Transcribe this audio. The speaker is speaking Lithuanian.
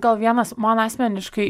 gal vienas man asmeniškai